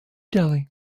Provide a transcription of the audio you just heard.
delhi